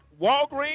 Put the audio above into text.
Walgreens